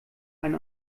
ein